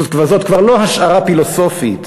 זאת כבר לא השערה פילוסופית.